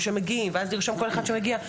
או שמגיעים ואז לרשום כל אחד שמגיע,